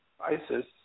ISIS